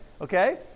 okay